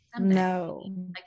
no